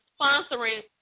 sponsoring